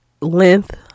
length